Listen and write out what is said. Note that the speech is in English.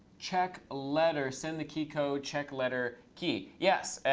check letter. send the key code. check letter key. yes,